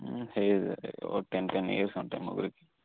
ఒక ten ten years ఉంటాయి ముగ్గురుకి